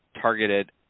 targeted